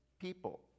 people